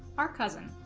our cousin